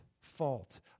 fault